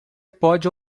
pode